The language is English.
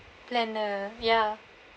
planner ya